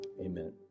Amen